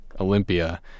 Olympia